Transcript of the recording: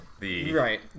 Right